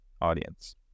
audience